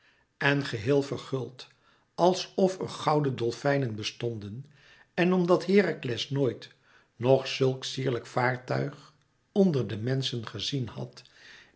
en geheel verguld als of er gouden dolfijnen bestonden en omdat herakles nooit nog zulk sierlijk vaartuig onder de menschen gezien had